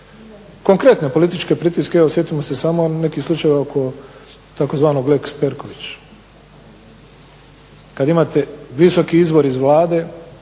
konkretne političke pritiske. Evo sjetimo se samo nekih slučajeva oko tzv. lex Perković kad imate visoki izvor iz Vlade,